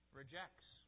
rejects